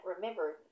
remember